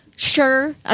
Sure